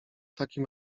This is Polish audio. takim